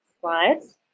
slides